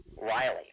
Riley